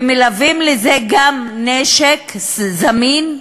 ונלווה לזה גם נשק זמין,